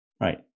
right